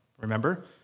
remember